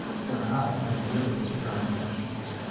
for an hour i avoided his prying questions.